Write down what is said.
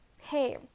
hey